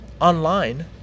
online